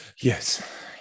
Yes